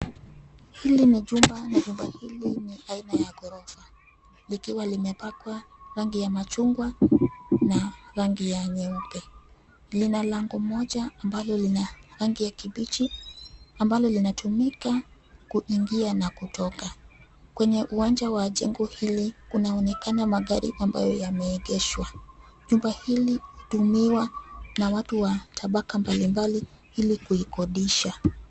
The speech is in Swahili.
Hili ni jumba, jumba hili ni aina ya ghorofa, likiwa limepakwa, rangi ya machungwa, na, rangi ya nyeupe, lina lango moja ambalo lina, rangi ya kibichi, ambalo linatumika, kuingia na kutoka, kwenye uwanja wa jengo hili, kunaonekana magari ambayo yameegeshwa, jumba hili, hutumiwa, na watu wa tabaka mbalimbali, ilikuikodisha.